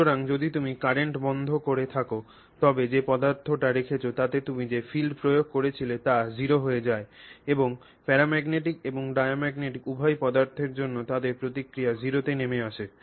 সুতরাং যদি তুমি কারেন্ট বন্ধ করে থাক তবে যে পদার্থটি রেখেছ তাতে তুমি যে ফিল্ড প্রয়োগ করেছিলে তা 0 হয়ে যায় এবং প্যারাম্যাগনেটিক এবং ডায়াম্যাগনেটিক উভয় পদার্থের জন্য তাদের প্রতিক্রিয়া 0 তে নেমে আসে